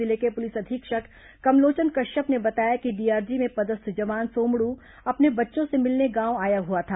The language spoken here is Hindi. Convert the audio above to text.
जिले के पुलिस अधीक्षक कमलोचन कश्यप ने बताया कि डीआरजी में पदस्थ जवान सोमडू अपने बच्चों से मिलने गांव आया हुआ था